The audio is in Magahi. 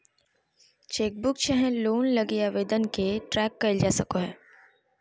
चेकबुक चाहे लोन लगी आवेदन के ट्रैक क़इल जा सको हइ